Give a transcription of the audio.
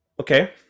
Okay